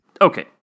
Okay